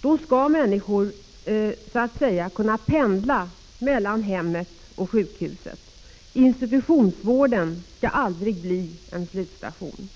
Då skall människor så att säga kunna pendla mellan hemmet och sjukhuset. Institutionsvården skall inte bli en slutstation.